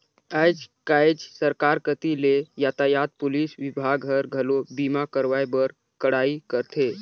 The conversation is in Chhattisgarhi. आयज कायज सरकार कति ले यातयात पुलिस विभाग हर, घलो बीमा करवाए बर कड़ाई करथे